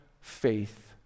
faith